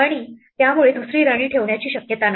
आणि त्यामुळे दुसरी राणी ठेवण्याची शक्यता नाही